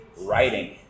writing